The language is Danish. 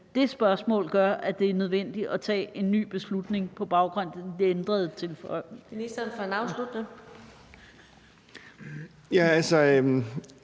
det spørgsmål gør, at det er nødvendigt at tage en ny beslutning på baggrund af de ændrede forhold.